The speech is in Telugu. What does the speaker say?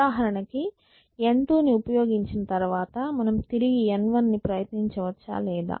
ఉదాహరణికి N2 ని ఉపయోగించిన తర్వాత మనం తిరిగి N1 ని ప్రయత్నిచవచ్చా లేదా